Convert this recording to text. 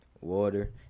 Water